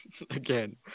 Again